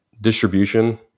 distribution